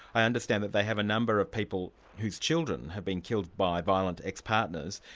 i understand that they have a number of people whose children have been killed by violent ex-partners,